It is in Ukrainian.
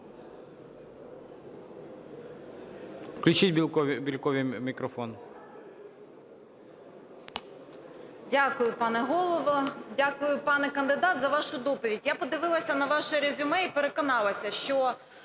Включіть Бєльковій мікрофон.